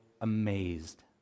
amazed